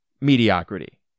Mediocrity